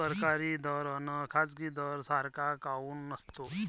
सरकारी दर अन खाजगी दर सारखा काऊन नसतो?